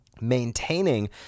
maintaining